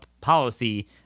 policy